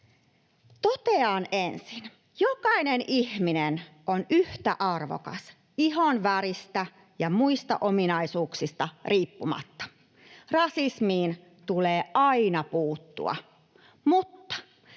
Totean ensin, että jokainen ihminen on yhtä arvokas ihonväristä ja muista ominaisuuksista riippumatta. Rasismiin tulee aina puuttua, mutta